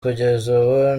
kugeza